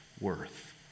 worth